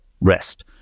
rest